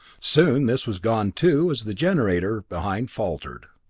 soon this was gone too, as the generator behind faltered.